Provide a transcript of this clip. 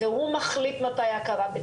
היום מותר לבנות להשכרה,